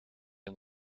een